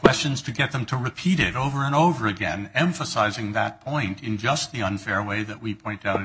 questions to get them to repeat it over and over again emphasizing that point in just the unfair way that we point out in